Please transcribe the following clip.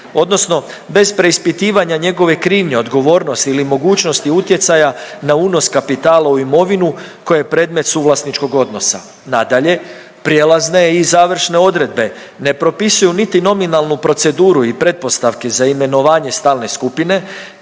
odnosno bez preispitivanja njegove krivnje, odgovornosti ili mogućnosti utjecaja na unos kapitala u imovinu koja je predmet suvlasničkog odnosa. Nadalje, prijelazne i završne odredbe ne propisuju niti nominalnu proceduru i pretpostavke za imenovanje stalne skupine